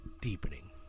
deepening